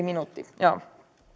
minuutti joo